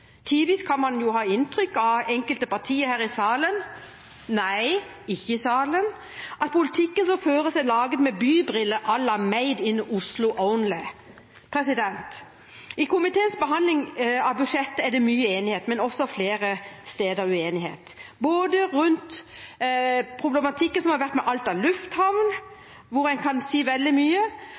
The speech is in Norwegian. Tidvis kan man få inntrykk av fra enkelte partier her i salen at politikken som føres, er laget med bybriller à la «made in Oslo only». I komiteens behandling av budsjettet er det mye enighet, men også flere steder uenighet, f.eks. rundt problematikken ved Alta lufthavn, som en kan si veldig mye